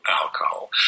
alcohol